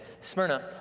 Smyrna